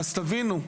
אז תבינו,